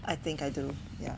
I think I do ya